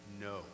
no